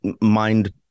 mind